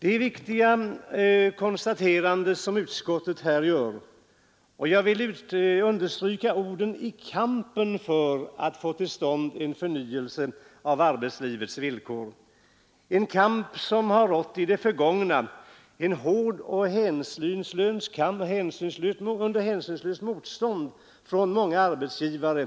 Det är viktiga konstateranden som utskottet här gör, och jag vill understryka orden ”i kampen för att få till stånd en förnyelse av arbetslivets villkor”, en kamp som i det förgångna förts under hänsynslöst motstånd från många arbetsgivare.